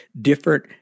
different